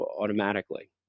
automatically